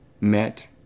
met